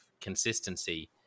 consistency